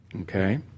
Okay